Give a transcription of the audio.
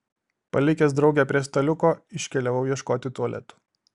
palikęs draugę prie staliuko iškeliavau ieškoti tualetų